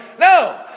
No